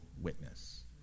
witness